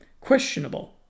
questionable